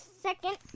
second